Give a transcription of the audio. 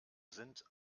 sind